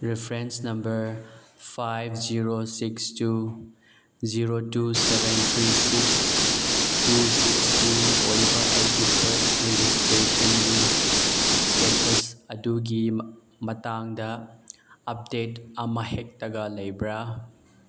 reference number five zero six two zero two seven three six two six two ꯑꯣꯏꯕ ꯑꯩꯒꯤ birth ꯔꯦꯖꯤꯁꯇ꯭ꯔꯦꯁꯟꯒꯤ status ꯑꯗꯨꯒꯤ ꯃꯇꯥꯡꯗ update ꯑꯃꯍꯦꯛꯇꯒ ꯂꯩꯕ꯭ꯔꯥ